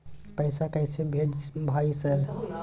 पैसा कैसे भेज भाई सर?